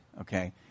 Okay